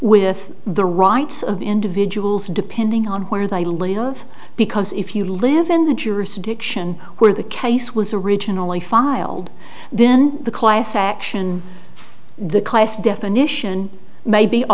with the rights of individuals depending on where they live because if you live in the jurisdiction where the case was originally filed then the class action the class definition may be